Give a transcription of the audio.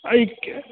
एहि के